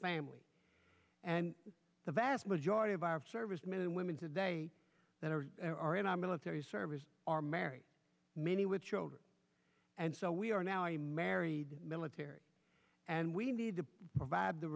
family and the vast majority of our servicemen and women today that are in our military service are married many with children and so we are now you married military and we need to provide the